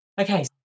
Okay